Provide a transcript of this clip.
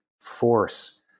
force